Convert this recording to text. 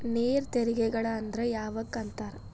ನೇರ ತೆರಿಗೆಗಳ ಅಂದ್ರ ಯಾವಕ್ಕ ಅಂತಾರ